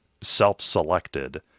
self-selected